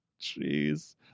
jeez